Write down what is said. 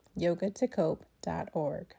yogatocope.org